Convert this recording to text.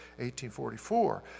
1844